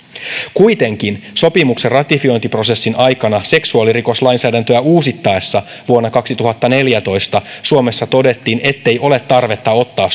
kuitenkin sopimuksen ratifiointiprosessin aikana seksuaalirikoslainsäädäntöä uusittaessa vuonna kaksituhattaneljätoista suomessa todettiin ettei ole tarvetta ottaa